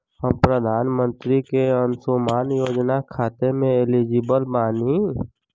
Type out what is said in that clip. हम प्रधानमंत्री के अंशुमान योजना खाते हैं एलिजिबल बनी?